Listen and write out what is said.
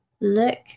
look